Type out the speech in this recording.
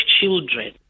children